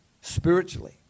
spiritually